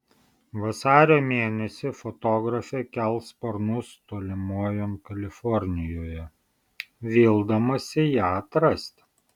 vasario mėnesį fotografė kels sparnus tolimojon kalifornijoje vildamasi ją atrasti